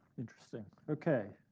interesting. okay,